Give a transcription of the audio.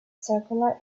circular